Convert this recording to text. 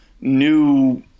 new